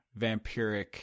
vampiric